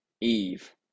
Eve